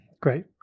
great